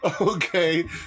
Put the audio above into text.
Okay